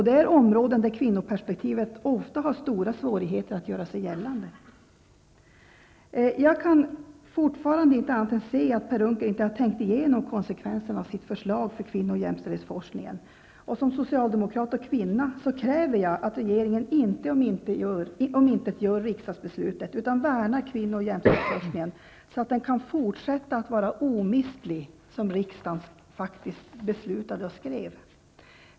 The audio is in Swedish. Det är områden där kvinnoperspektivet ofta har stora svårigheter att göra sig gällande. Jag kan fortfarande inte se annat än att Per Unckel inte har tänkt igenom konsekvenserna av sitt förslag för kvinno och jämställdhetsforskningen. Som socialdemokrat och kvinna kräver jag att regeringen inte omintetgör riksdagsbeslutet, utan värnar kvinnooch jämställdhetsforskningen så att den kan fortsätta att vara ''omistlig'', som riksdagen faktiskt skrev.